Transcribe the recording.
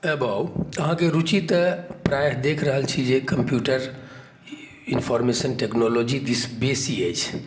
औ बाउ अहाँके रुचि तऽ प्रायः देखि रहल छी जे कम्प्यूटर इन्फॉर्मेशन टेक्नोलॉजी दिस बेसी अछि